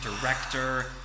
director